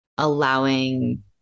Allowing